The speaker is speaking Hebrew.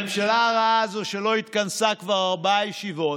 הממשלה הרעה הזאת, שלא התכנסה כבר ארבע ישיבות,